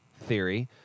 theory